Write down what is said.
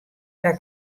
dat